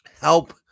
Help